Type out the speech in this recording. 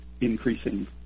increasing